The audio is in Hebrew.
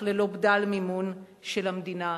אך ללא בדל מימון של המדינה.